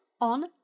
on